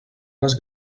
les